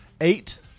eight